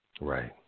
Right